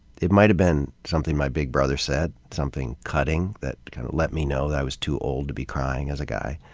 it might have been something my big brother said, something cutting that kind of let me know i was too old to be crying, as a guy.